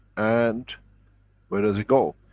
and where does it go?